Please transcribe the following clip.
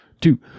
two